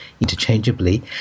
interchangeably